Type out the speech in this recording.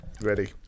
Ready